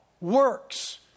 works